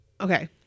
okay